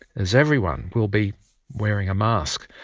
as everyone will be wearing a mask.